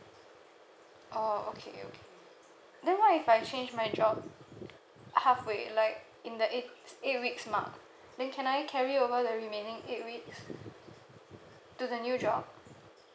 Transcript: oh okay okay then what if I change my job halfway like in the eight s~ eight weeks mark then can I carry over the remaining eight weeks to the new job